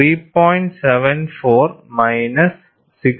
74 minus 6